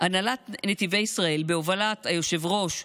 הנהלת נתיבי ישראל בהובלת היושב-ראש,